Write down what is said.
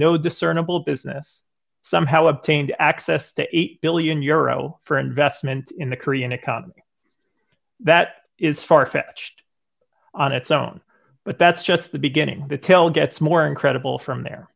with no discernable business somehow obtained access to eight billion euro for investment in the korean economy that is far fetched on its own but that's just the beginning to tell gets more incredible from the